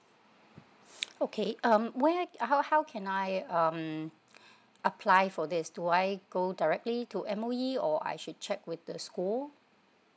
okay um where how how can I um apply for this do I go directly to M_O_E or I should check with the school